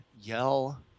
yell